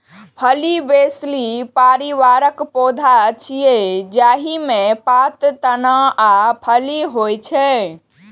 फली फैबेसी परिवारक पौधा छियै, जाहि मे पात, तना आ फली होइ छै